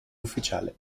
ufficiale